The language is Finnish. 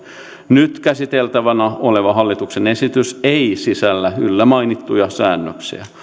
nyt käsiteltävänä oleva hallituksen esitys ei sisällä yllä mainittuja säännöksiä